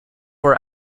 were